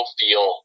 feel